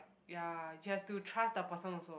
ya you have to trust the person also